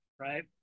Right